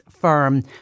firm